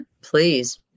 please